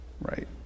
right